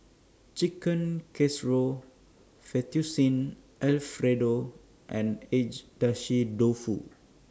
Chicken Casserole Fettuccine Alfredo and Agedashi Dofu